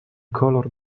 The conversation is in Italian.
color